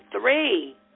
three